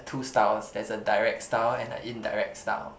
two styles there is a direct style and a indirect style